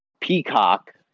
Peacock